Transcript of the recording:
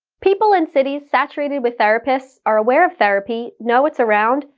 people in cities saturated with therapists are aware of therapy, know it's around,